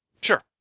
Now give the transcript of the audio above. Sure